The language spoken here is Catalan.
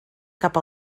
cap